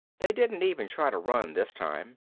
they didn't even try to run this time.